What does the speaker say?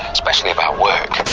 especially about work.